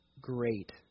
great